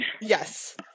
Yes